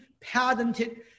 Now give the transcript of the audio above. patented